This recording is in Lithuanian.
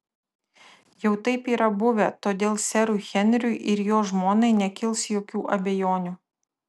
jau taip yra buvę todėl serui henriui ir jo žmonai nekils jokių abejonių